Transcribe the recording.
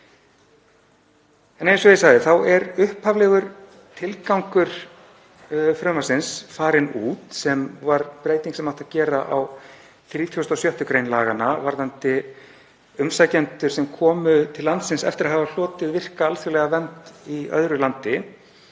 Eins og ég sagði er upphaflegur tilgangur frumvarpsins farinn út, sem var breyting sem átti að gera á 36. gr. laganna varðandi umsækjendur sem komu til landsins eftir að hafa hlotið virka, alþjóðlega vernd í öðru landi.